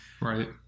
Right